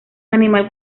animal